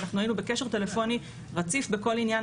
אנחנו היינו בקשר טלפוני רציף בכל עניין,